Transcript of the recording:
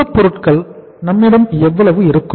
மூலப்பொருட்கள் நம்மிடம் எவ்வளவு இருக்கும்